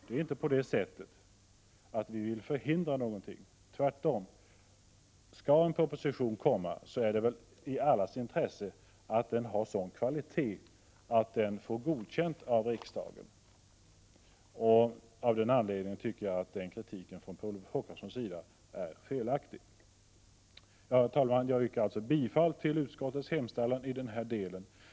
Det är inte så att vi vill förhindra något, tvärtom. Skall en proposition komma är det väl allas intresse att den har sådan kvalitet att den får godkänt av riksdagen. Av den anledningen tycker jag att kritiken från Håkanssons sida är felaktig. Herr talman! Jag yrkar bifall till utskottets hemställan i den här delen.